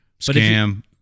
Scam